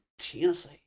Tennessee